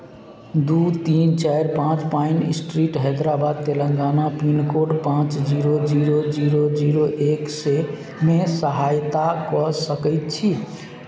दू तीन चारि पाँच pine street Hyderabad Telangana pincode पाँच जीरो जीरो जीरो जीरो एक सेमे सहायता कऽ सकैत छी